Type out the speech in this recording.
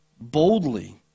boldly